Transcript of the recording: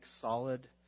solid